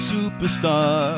Superstar